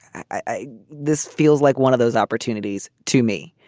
i this feels like one of those opportunities to me,